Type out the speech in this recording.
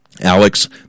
Alex